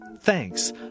Thanks